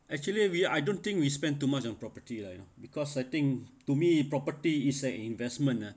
actually we I don't think we spend too much on property lah you know because I think to me property is an investment ah